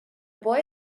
boy